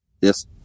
Yes